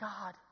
God